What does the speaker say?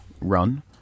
run